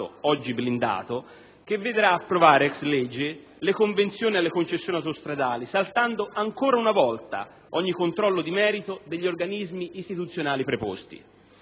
oggi blindato, che vedrà approvare *ex lege* le convenzioni alle concessionarie autostradali, saltando ancora una volta ogni controllo di merito degli organismi istituzionali preposti;